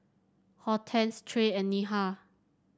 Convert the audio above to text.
Hortense Trae and Neha